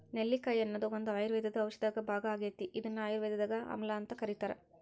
ನೆಲ್ಲಿಕಾಯಿ ಅನ್ನೋದು ಒಂದು ಆಯುರ್ವೇದ ಔಷಧದ ಭಾಗ ಆಗೇತಿ, ಇದನ್ನ ಆಯುರ್ವೇದದಾಗ ಆಮ್ಲಾಅಂತ ಕರೇತಾರ